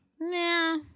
Nah